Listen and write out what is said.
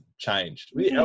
Changed